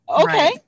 Okay